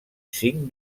cinc